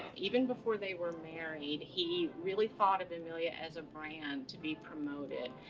even before they were married, he really thought of amelia as a brand to be promoted.